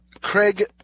Craig